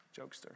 jokester